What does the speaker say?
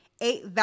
eight